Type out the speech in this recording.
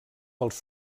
pels